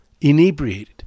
inebriated